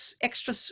extra